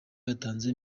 yatanze